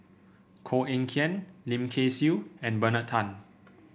Koh Eng Kian Lim Kay Siu and Bernard Tan